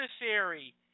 necessary